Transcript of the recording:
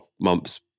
months